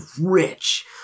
rich